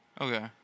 Okay